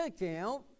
account